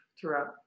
throughout